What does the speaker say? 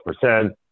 percent